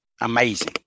amazing